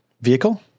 vehicle